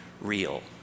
real